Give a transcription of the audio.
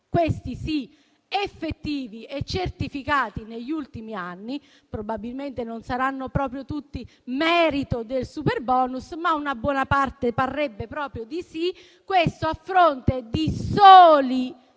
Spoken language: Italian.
questi sì, effettivi e certificati negli ultimi anni. Probabilmente non saranno proprio tutti merito del superbonus, ma una buona parte parrebbe proprio di sì, a fronte di soli